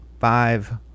five